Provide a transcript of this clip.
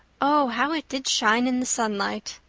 oh, how it did shine in the sunlight!